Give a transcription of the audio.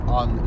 on